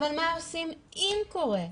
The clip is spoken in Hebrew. אבל מה עושים עם קורה,